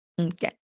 Okay